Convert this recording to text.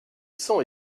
sang